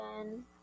again